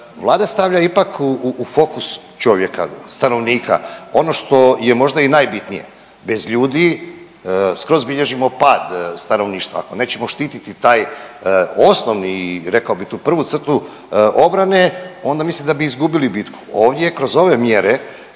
Vlada stavlja ipak u fokus čovjeka, stanovnika. Ono što je možda i najbitnije bez ljudi, skroz bilježimo pad stanovništva, ako nećemo štiti taj osnovni i rekao bi tu prvu crtu obrane onda mislim da bi izgubili bitku. Ovdje kroz ove mjere